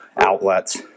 outlets